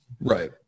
Right